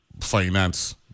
finance